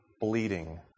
bleeding